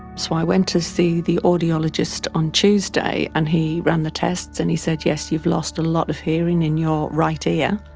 so i went to see the audiologist on tuesday and he ran the tests and he said, yes, you've lost a lot of hearing in your right ear.